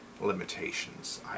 limitations